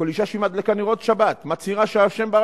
כל אשה שמדליקה נרות שבת מצהירה שהשם ברא